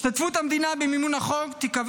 השתתפות המדינה במימון החוק תיקבע